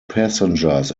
passengers